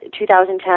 2010